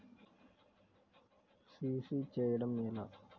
CC చేయడము ఎలా?